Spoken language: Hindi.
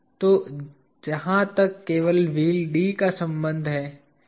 तो जहां तक व्हील D का संबंध है यह पूरा हो गया है